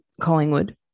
Collingwood